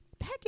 Heck